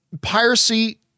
Piracy